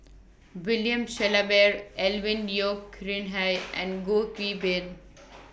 William Shellabear Alvin Yeo Khirn Hai and Goh Qiu Bin